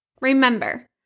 Remember